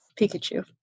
Pikachu